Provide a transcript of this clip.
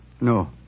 No